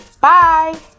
bye